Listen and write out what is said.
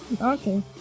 Okay